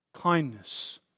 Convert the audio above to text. kindness